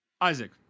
Isaac